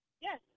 Yes